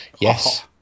Yes